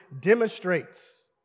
demonstrates